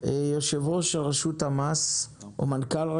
מנכ"ל רשות המסים